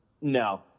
No